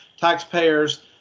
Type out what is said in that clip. taxpayers